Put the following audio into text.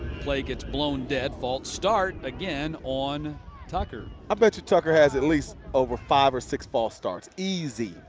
play gets blown dead. false start, again, on tucker. i bet you tucker has at least over five or six false starts, easy.